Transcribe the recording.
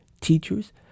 teachers